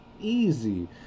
easy